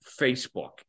Facebook